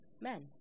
men